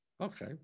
Okay